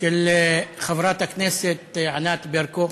של חברת הכנסת ענת ברקו,